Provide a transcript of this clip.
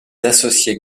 associés